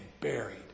buried